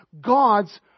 God's